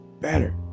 better